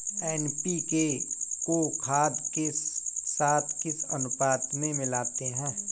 NPK को खाद के साथ किस अनुपात में मिलाते हैं?